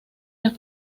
las